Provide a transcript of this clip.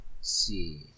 see